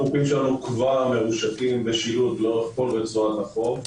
החופים שלנו כבר מרושתים בשילוט לאורך כל רצועת החוף,